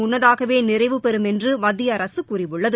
முன்னதாவே நிறைவுபெறும் என்று மத்திய அரசு கூறியுள்ளது